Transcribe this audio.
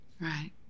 Right